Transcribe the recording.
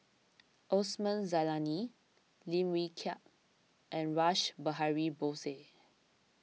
Osman Zailani Lim Wee Kiak and Rash Behari Bose